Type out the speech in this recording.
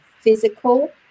physical